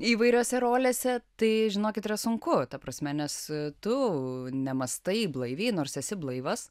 įvairiose rolėse tai žinokit yra sunku ta prasme nes tu nemąstai blaiviai nors esi blaivas